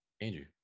Andrew